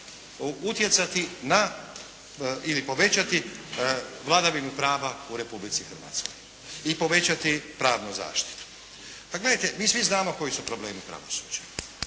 utjecati na, ili povećati vladavinu prava u Republici Hrvatskoj i povećati pravnu zaštitu. Pa gledajte, mi svi znamo koji su problemi pravosuđa.